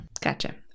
Gotcha